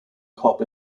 cop